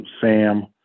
Sam